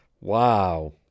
wow